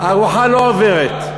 הארוחה לא עוברת.